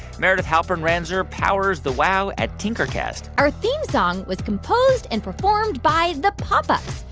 meredith halpern-ranzer powers the wow at tinkercast our theme song was composed and performed by the pop ups.